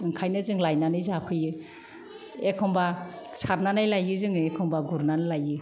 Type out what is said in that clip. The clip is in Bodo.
ओंखायनो जोङो लायनानै जाफैयो एखमबा सारनानै लायो जोङो एखमबा गुरनानै लायो